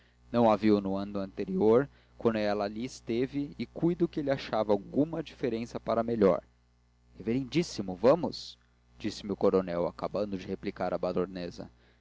não a viu no ano anterior quando ela ali esteve e cuido que lhe achava alguma diferença para melhor reverendíssimo vamos disse-me o coronel acabando de replicar à baronesa